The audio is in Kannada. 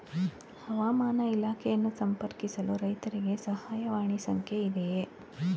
ಹವಾಮಾನ ಇಲಾಖೆಯನ್ನು ಸಂಪರ್ಕಿಸಲು ರೈತರಿಗೆ ಸಹಾಯವಾಣಿ ಸಂಖ್ಯೆ ಇದೆಯೇ?